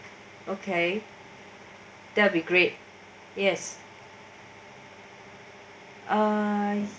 okay that will be great yes uh